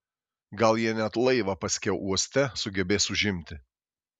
gal jie net laivą paskiau uoste sugebės užimti